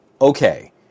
okay